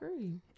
agree